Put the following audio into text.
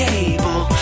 Cable